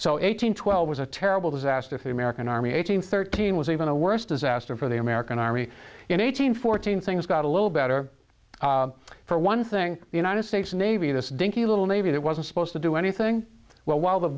twelve was a terrible disaster for the american army eighteen thirteen was even a worse disaster for the american army in eight hundred fourteen things got a little better for one thing the united states navy this dinky little navy that wasn't supposed to do anything well while the